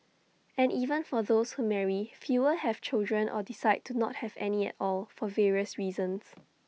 and even for those who marry fewer have children or decide to not have any at all for various reasons